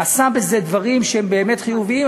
עשה בעניין זה דברים שהם באמת חיוביים,